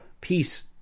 peace